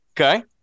Okay